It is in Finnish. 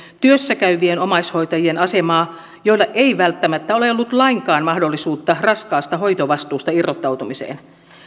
työssä käyvien omaishoitajien asemaa joilla ei välttämättä ole ollut lainkaan mahdollisuutta raskaasta hoitovastuusta irrottautumiseen